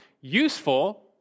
useful